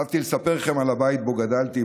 חשבתי לספר לכם על הבית שבו גדלתי,